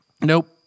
Nope